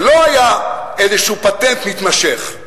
זה לא היה איזה פטנט מתמשך.